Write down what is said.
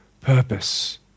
purpose